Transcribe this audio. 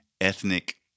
ethnic